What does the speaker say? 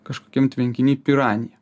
kažkokiam tvenkiny piranija